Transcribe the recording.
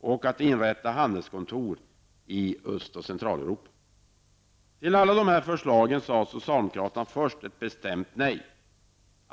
och -- borde inrätta handelskontor i länderna i Öst och Till dessa förslag sade socialdemokraterna först ett bestämt nej.